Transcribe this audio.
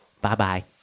bye-bye